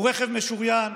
הוא רכב משוריין,